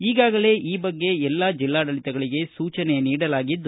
ಈಗಾಗಲೇ ಈ ಬಗ್ಗೆ ಎಲ್ಲಾ ಜಿಲ್ಲಾಡಳಿತಗಳಿಗೆ ಸೂಚನೆ ನೀಡಲಾಗಿದೆ